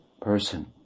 person